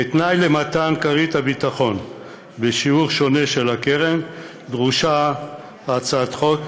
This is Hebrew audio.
כתנאי למתן כרית הביטחון בשיעור שונה של הקרן דרושה הצעת החוק,